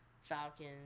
Falcons